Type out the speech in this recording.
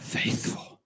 faithful